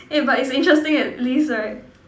eh but it's interesting at least right